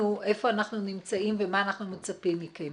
איפה אנחנו נמצאים ומה אנחנו מצפים מכם.